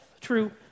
true